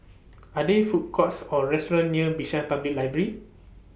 Are There Food Courts Or restaurants near Bishan Public Library